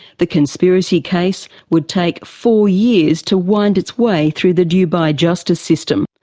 the conspiracy case would take four years to wind its way through the dubai justice system.